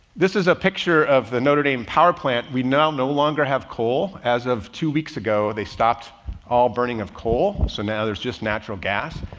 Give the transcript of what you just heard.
this is a picture of the notre dame power plant. we now no longer have coal. as of two weeks ago, they stopped all burning of coal. so now there's just natural gas.